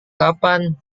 kapan